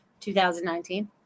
2019